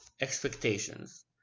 expectations